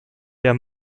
der